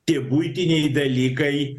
tie buitiniai dalykai